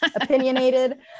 opinionated